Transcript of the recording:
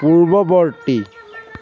পূৰ্ৱৱৰ্তী